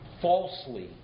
falsely